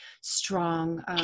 strong